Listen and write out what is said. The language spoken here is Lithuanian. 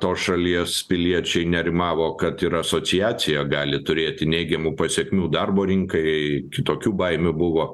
tos šalies piliečiai nerimavo kad ir asociacija gali turėti neigiamų pasekmių darbo rinkai kitokių baimių buvo